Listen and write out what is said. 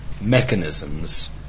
mechanisms